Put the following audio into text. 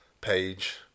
page